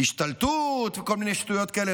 של השתלטות וכל מיני שטויות כאלה,